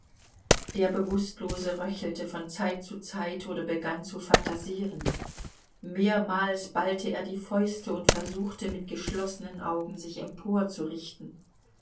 der bewußtlose röchelte von zeit zu zeit oder begann zu phantasieren mehrmals ballte er die fäuste und versuchte mit geschlossenen augen sich